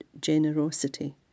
generosity